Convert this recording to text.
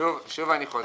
שוב אני חוזר,